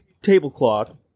tablecloth